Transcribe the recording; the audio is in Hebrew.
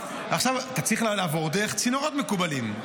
ועכשיו אתה צריך לעבור דרך צינורות מקובלים,